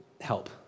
help